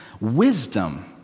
wisdom